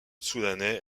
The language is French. soudanais